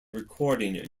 recording